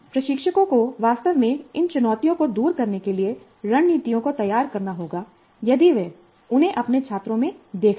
प्रशिक्षकों को वास्तव में इन चुनौतियों को दूर करने के लिए रणनीतियों को तैयार करना होगा यदि वे उन्हें अपने छात्रों में देखते हैं